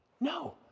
No